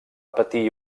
patir